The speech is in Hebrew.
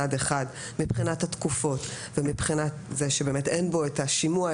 מצד אחד מבחינת התקופות כאשר אין את השימוע,